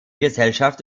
gesellschaft